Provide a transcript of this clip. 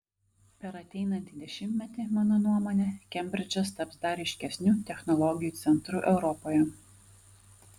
per ateinantį dešimtmetį mano nuomone kembridžas taps dar ryškesniu technologijų centru europoje